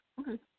okay